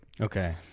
Okay